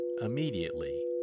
immediately